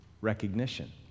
recognition